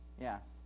Yes